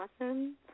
awesome